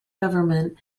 government